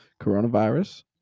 coronavirus